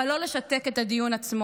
אבל לא לשתק את הדיון עצמו,